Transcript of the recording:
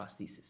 prosthesis